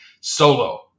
solo